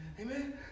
Amen